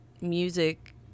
music